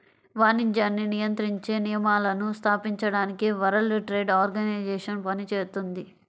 వాణిజ్యాన్ని నియంత్రించే నియమాలను స్థాపించడానికి వరల్డ్ ట్రేడ్ ఆర్గనైజేషన్ పనిచేత్తుంది